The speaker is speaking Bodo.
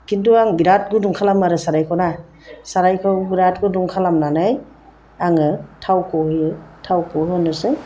किन्तु आं बिराद गुदुं खालामो आरो सारायखौना सारायखौ बिराद गुदुं खालामनानै आङो थावखौ होयो थावखौ होनोसै